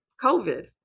COVID